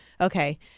okay